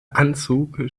anzug